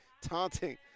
taunting